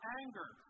anger